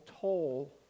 toll